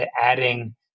adding